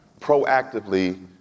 proactively